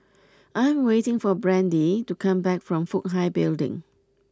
I am waiting for Brandee to come back from Fook Hai Building